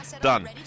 Done